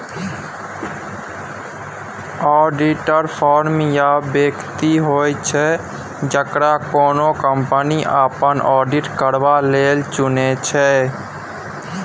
auditor firm या बेकती होइ छै जकरा कोनो कंपनी अपन आडिट करबा लेल चुनै छै